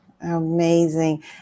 Amazing